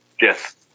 Yes